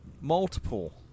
multiple